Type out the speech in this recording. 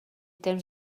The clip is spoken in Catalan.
temps